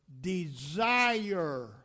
desire